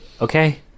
okay